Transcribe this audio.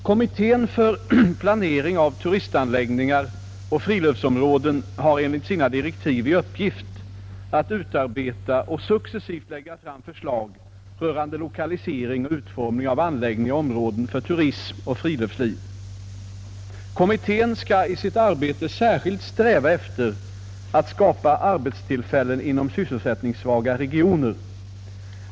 Kommittén för planering av turistanläggningar och friluftsområden har enligt sina direktiv i uppgift att utarbeta och successivt lägga fram förslag rörande lokalisering och utformning av anläggningar och områden för turism och friluftsliv. Kommittén skall i sitt arbete särskilt sträva efter att skapa arbetstillfällen inom sysselsättningssvaga regioner.